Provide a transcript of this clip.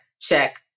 check